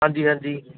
ਹਾਂਜੀ ਹਾਂਜੀ